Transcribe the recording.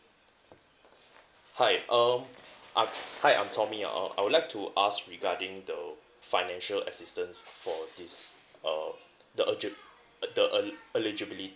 hi um I'm hi I'm tommy ya uh I would like to ask regarding the financial assistance f~ for this uh the elgi~ ugh the eli~ eligibility